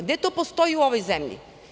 Gde to postoji u ovoj zemlji?